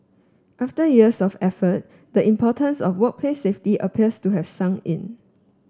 after years of effort the importance of workplace safety appears to have sunk in